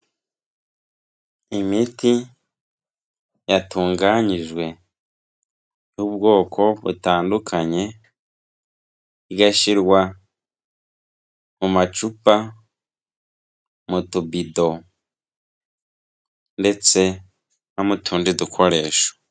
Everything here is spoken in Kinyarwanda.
Imiti yatunganyijwe y'ubwoko butandukanye, igashyirwa mu macupa, mu tubido ndetse no mu tundi dukoresho.